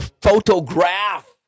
photograph